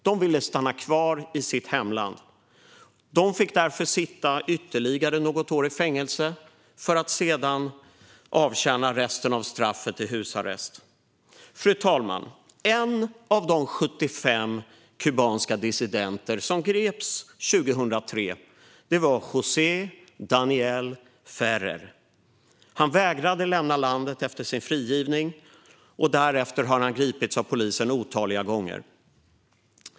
De ville stanna kvar i sitt hemland och fick därför sitta ytterligare något år i fängelse för att sedan avtjäna resten av straffet i husarrest. Fru ålderspresident! En av de 75 kubanska dissidenter som greps 2003 var José Daniel Ferrer. Han vägrade att lämna landet efter sin frigivning och har därefter gripits av polisen otaliga gånger.